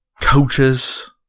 coaches